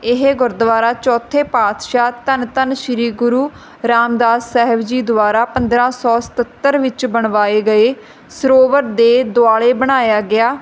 ਇਹ ਗੁਰਦੁਆਰਾ ਚੌਥੇ ਪਾਤਸ਼ਾਹ ਧੰਨ ਧੰਨ ਸ੍ਰੀ ਗੁਰੂ ਰਾਮਦਾਸ ਸਾਹਿਬ ਜੀ ਦੁਆਰਾ ਪੰਦਰਾਂ ਸੌ ਸਤੱਤਰ ਵਿੱਚ ਬਣਵਾਏ ਗਏ ਸਰੋਵਰ ਦੇ ਦੁਆਲੇ ਬਣਾਇਆ ਗਿਆ